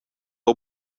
jeu